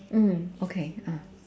mm okay ah